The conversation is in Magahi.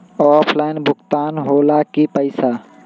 ऑफलाइन भुगतान हो ला कि पईसा?